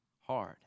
hard